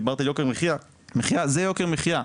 דיברת על יוקר מחיה, זה יוקר מחיה.